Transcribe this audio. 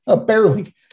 Barely